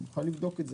אני מוכן לבדוק את זה,